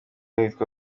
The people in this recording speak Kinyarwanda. ahitwa